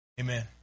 amen